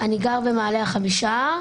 אני גר במעלה החמישה.